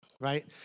right